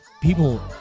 people